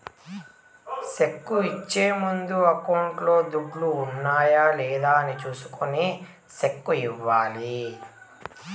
cheque ఇచ్చే ముందు అకౌంట్లో దుడ్లు ఉన్నాయా లేదా అని చూసుకొని సెక్కు ఇవ్వాలి